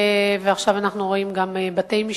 ועכשיו אנחנו רואים גם בתי-משפט,